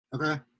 Okay